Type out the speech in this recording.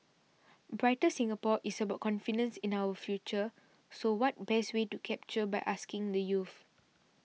brighter Singapore is about confidence in our future so what best way to capture by asking the youth